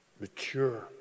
mature